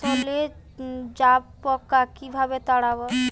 ফসলে জাবপোকা কিভাবে তাড়াব?